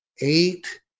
Eight